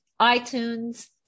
iTunes